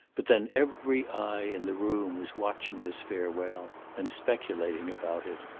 but then every eye in the room was watching this farewell, and speculating about it.